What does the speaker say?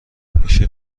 میشه